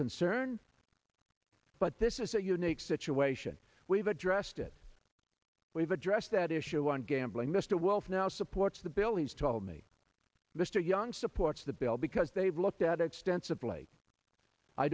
concern but this is a unique situation we've addressed it we've addressed that issue on gambling mr wulf now supports the bill he's told me mr young supports the bill because they've looked at extensively i